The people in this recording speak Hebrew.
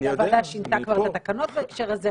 היא שינתה את התקנות בהקשר הזה,